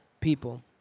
people